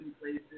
places